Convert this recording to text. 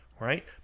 right